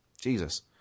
Jesus